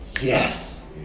Yes